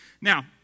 Now